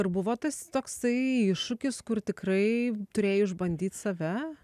ir buvo tas toksai iššūkis kur tikrai turėjai išbandyt save